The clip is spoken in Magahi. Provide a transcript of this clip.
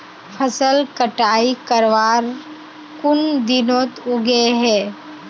फसल कटाई करवार कुन दिनोत उगैहे?